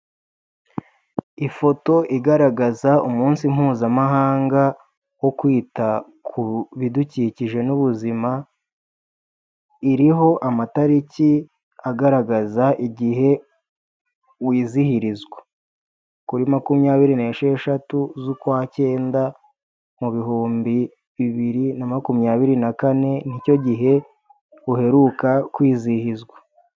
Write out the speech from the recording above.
Ifoto igaragaza umunsi Mpuzamahanga wo kwita ku bidukikije n'ubuzima, iriho amatariki agaragaza igihe wizihirizwa. Kuri makumyabiri n'esheshatu z'ukwa cyenda, mu bihumbi bibiri na makumyabiri na kane ni cyo gihe uheruka kwizihizwa.